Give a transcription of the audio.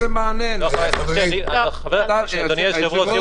--- אדוני היושב-ראש,